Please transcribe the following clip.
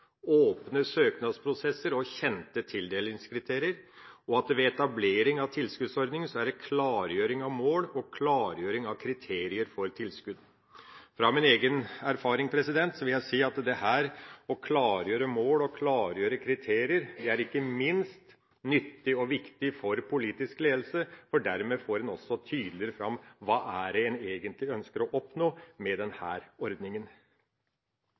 klargjøring av kriterier for tilskudd. Ut fra min egen erfaring vil jeg si at det å klargjøre mål og klargjøre kriterier er ikke minst nyttig og viktig for politisk ledelse, og dermed får man også tydeligere fram hva man egentlig ønsker å oppnå med